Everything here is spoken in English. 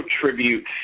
tribute